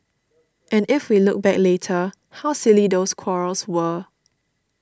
and if we look back later how silly those quarrels were